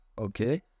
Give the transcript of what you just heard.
Okay